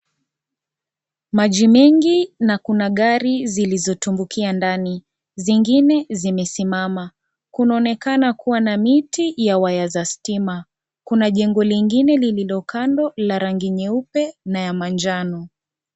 Maji mengi na Kuna gari zilizotumbukia ndani, zingine zimesimama, kunaonekana kuwa na miti ya waya za stima kuna jengo lingine lililo kando la rangi nyeupe na ya manjano.